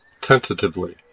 tentatively